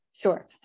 Sure